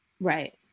right